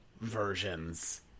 versions